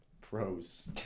Pros